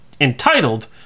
entitled